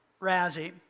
Razzie